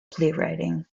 playwriting